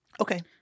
Okay